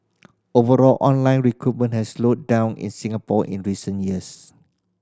overall online recruitment has slowed down in Singapore in recent years